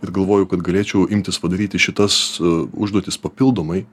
ir galvoju kad galėčiau imtis padaryti šitas užduotis papildomai